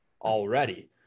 already